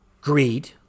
Greed